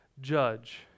judge